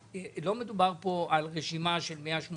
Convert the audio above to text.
לא מדובר כאן על רשימה של 180